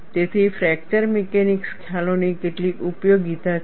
તેથી fracture mechanics ખ્યાલોની કેટલીક ઉપયોગિતા છે